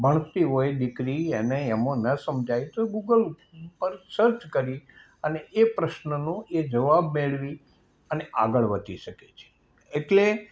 ભણતી હોય દીકરી એને એમાં ન સમજાય તો ગૂગલ પર સર્ચ કરી અને એ પ્રશ્નનો એ જવાબ મેળવી અને આગળ વધી શકે છે એટલે